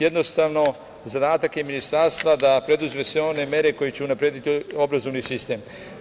Jednostavno, zadatak Ministarstva je da preduzme sve one mere koje će unaprediti obrazovni sistem.